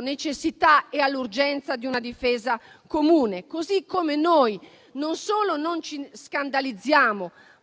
necessità e all'urgenza di una difesa comune. Noi non solo non ci scandalizziamo,